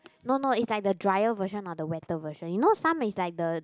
no no it's like the drier version or the wetter version you know some is like the